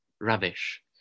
rubbish